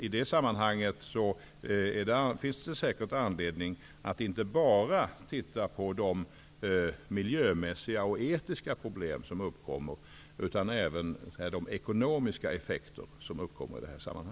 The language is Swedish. I det sammanhanget finns det säkert anledning att inte bara titta på de miljömässiga och etiska problem som uppkommer, utan även på de ekonomiska effekterna.